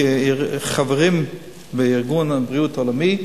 כחברים בארגון הבריאות העולמי,